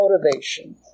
motivation